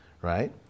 right